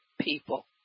people